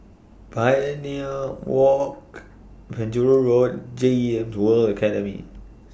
Pioneer Walk Penjuru Road and G E M S World Academy